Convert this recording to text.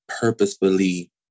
purposefully